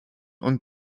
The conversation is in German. und